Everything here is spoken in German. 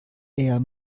eher